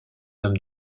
homme